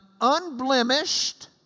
unblemished